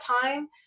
time